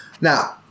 now